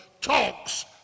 talks